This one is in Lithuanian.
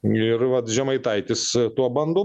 ir vat žemaitaitis tuo bando